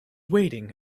waiting